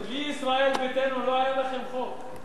בלי ישראל ביתנו לא היה לכם חוק.